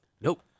nope